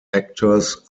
actors